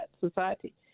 society